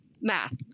math